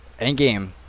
Endgame